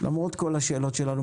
למרות כל השאלות שלנו.